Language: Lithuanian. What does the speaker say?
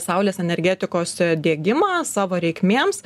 saulės energetikos diegimą savo reikmėms